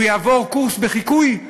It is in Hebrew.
הוא יעבור קורס בחיקוי?